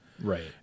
Right